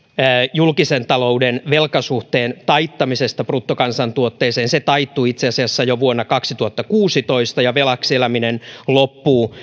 julkisen talouden velkasuhteen taittamisesta bruttokansantuotteeseen se taittui itse asiassa jo vuonna kaksituhattakuusitoista ja velaksi eläminen loppuu